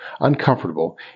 uncomfortable